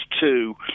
two